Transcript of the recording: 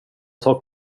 sak